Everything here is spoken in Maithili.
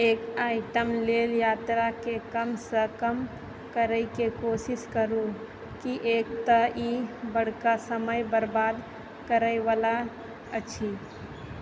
एक आइटम लेल यात्राकेँ कमसँ कम करएके कोशिश करु किएक तऽ ई बड़का समय बर्बाद करएवला अछि